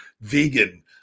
vegan